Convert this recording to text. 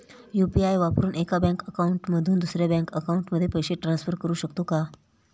UPI वापरून एका bank account मधून दुसऱ्या बँक अकाउंटमध्ये पैसे ट्रान्सफर करू शकतो का?